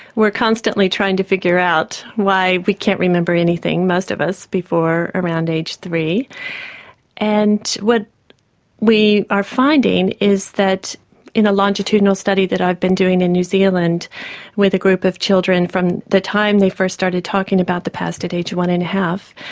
we're constantly trying to figure out why we can't remember anything most of us before around age three and what we are finding is that in a longitudinal study that i've been doing in new zealand with a group of children from the time they first started talking about the past at one and a half,